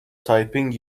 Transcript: typing